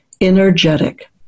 energetic